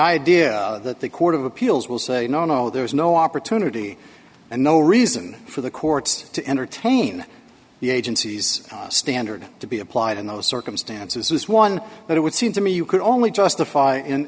idea that the court of appeals will say no no there is no opportunity and no reason for the courts to entertain the agency's standard to be applied in those circumstances was one but it would seem to me you could only justify